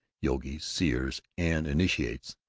yogis, seers, and initiates,